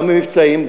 גם במבצעים,